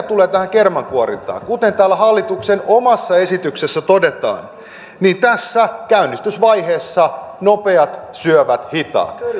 tulee tähän kermankuorintaan niin kuten hallituksen omassa esityksessä todetaan tässä käynnistysvaiheessa nopeat syövät hitaat